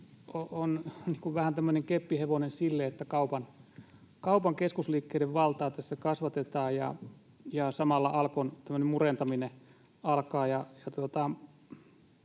on vähän tämmöinen keppihevonen sille, että kaupan keskusliikkeiden valtaa tässä kasvatetaan ja samalla Alkon tämmöinen murentaminen alkaa.